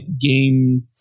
game